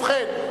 ובכן,